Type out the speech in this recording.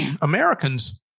Americans